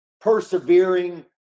persevering